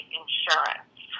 insurance